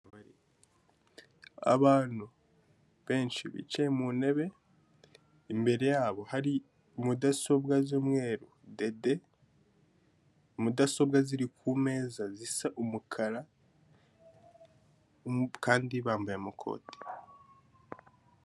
Abantu benshi bicaye mu ntebe, imbere yabo hari mudasobwa z'umweru dede, mudasobwa ziri ku meza zisa umukara kandi bambaye amakoti.